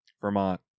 Vermont